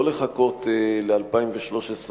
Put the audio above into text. לא לחכות ל-2013,